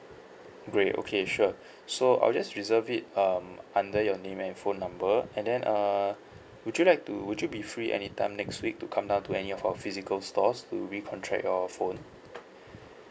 grey okay sure so I'll just reserve it um under your name and phone number and then uh would you like to would you be free anytime next week to come down to any of our physical stores to recontract your phone